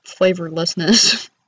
flavorlessness